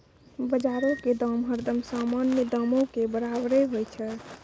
बजारो के दाम हरदम सामान्य दामो के बराबरे होय छै